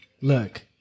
look